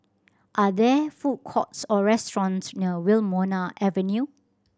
are there food courts or restaurants near Wilmonar Avenue